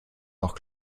auch